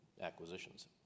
acquisitions